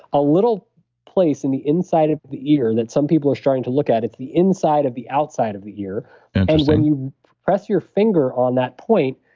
a little place in the inside of the ear that some people are starting to look at. it's the inside of the outside of the ear. and when you press your finger on that point,